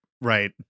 Right